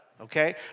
Okay